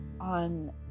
on